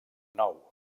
nou